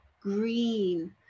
green